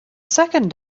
second